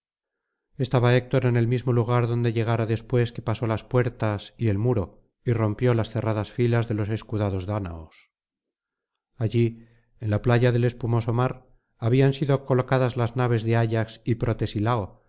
estaba héctor en el mismo lugar adonde llegara después que pasó las puertas y el muro y rompió las cerradas filas de los escudados dáñaos allí en la playa del espumoso mar habían sido colocadas las naves de ayax y